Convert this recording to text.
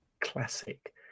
classic